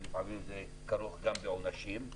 ולפעמים זה כרוך גם בעונשים.